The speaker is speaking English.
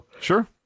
Sure